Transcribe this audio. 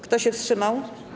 Kto się wstrzymał?